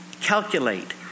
calculate